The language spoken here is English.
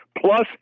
plus